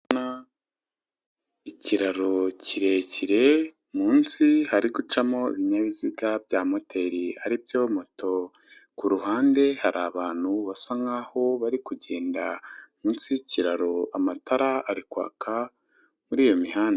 Ikiraro kirekire munsi hari gucamo ibinyabiziga bya moteri aribyo moto ku ruhande hari abantu basa nkaho bari kugenda munsi y'ikiraro amatara ari kwaka muri iyo mihanda.